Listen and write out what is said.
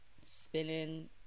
spinning